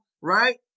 right